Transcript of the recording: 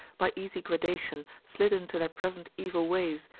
by easy gradation, slid into their present evil ways,